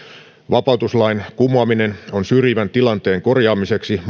vapautuslain kumoaminen on mahdollisista ratkaisuvaihtoehdoista syrjivän tilanteen korjaamiseksi